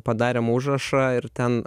padarėm užrašą ir ten